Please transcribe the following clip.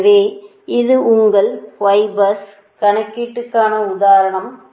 எனவே இது உங்கள் Y பஸ் கணக்கீட்டுக்கான உதாரணம்